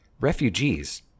refugees